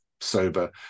sober